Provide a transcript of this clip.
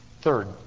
Third